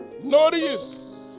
Notice